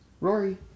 Rory